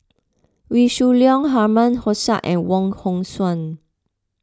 Wee Shoo Leong Herman Hochstadt and Wong Hong Suen